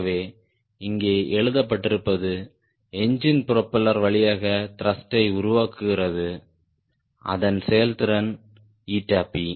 ஆகவே இங்கே எழுதப்பட்டிருப்பது என்ஜின் ப்ரொபெல்லர் வழியாக த்ருஷ்ட்டை உருவாக்குகிறது அதன் செயல்திறன் P